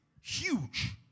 Huge